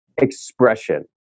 Expression